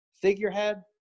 figurehead